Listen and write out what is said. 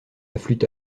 affluent